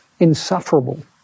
insufferable